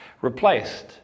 replaced